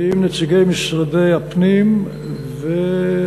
עם נציגי משרדי הפנים והמשפטים